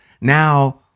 Now